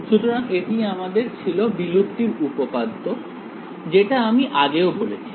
সুতরাং এটি আমাদের ছিল বিলুপ্তির উপপাদ্য যেটা আমি আগেও বলেছি